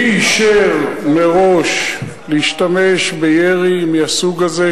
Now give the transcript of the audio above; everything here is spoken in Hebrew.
מי אישר מראש להשתמש בירי מהסוג הזה,